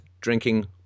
drinking